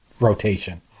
rotation